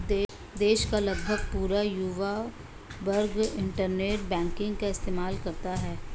देश का लगभग पूरा युवा वर्ग इन्टरनेट बैंकिंग का इस्तेमाल करता है